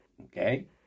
Okay